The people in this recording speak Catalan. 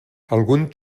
alguns